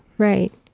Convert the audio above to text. right.